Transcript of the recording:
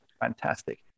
Fantastic